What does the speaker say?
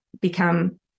become